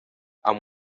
amb